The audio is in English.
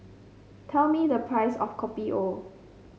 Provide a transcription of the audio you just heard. tell me the price of Kopi O